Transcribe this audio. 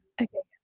okay